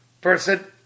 person